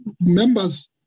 members